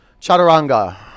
chaturanga